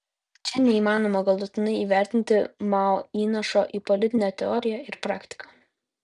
čia neįmanoma galutinai įvertinti mao įnašo į politinę teoriją ir praktiką